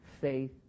faith